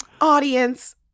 audience